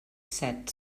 set